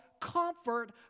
comfort